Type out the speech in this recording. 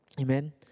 Amen